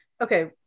Okay